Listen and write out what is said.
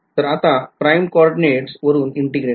तर आता primed coordinates वरून integrate करा